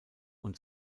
und